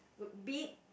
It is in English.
would be